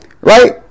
right